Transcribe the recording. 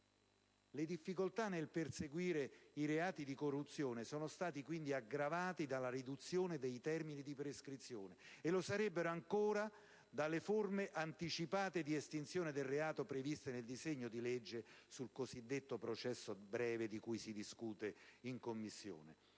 Le difficoltà nel perseguire i reati di corruzione sono state aggravate dalla riduzione dei termini di prescrizione e lo sarebbero ancora dalle forme anticipate di estinzione previste nel disegno di legge sul cosiddetto processo breve, di cui si discute in Commissione.